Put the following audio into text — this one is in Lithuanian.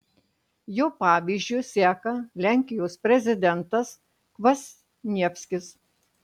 jo pavyzdžiu seka lenkijos prezidentas kvasnievskis